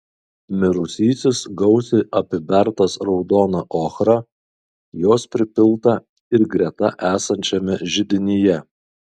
mirusysis gausiai apibertas raudona ochra jos pripilta ir greta esančiame židinyje